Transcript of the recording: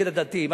נגד הדתיים.